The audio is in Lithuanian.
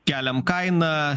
keliam kainą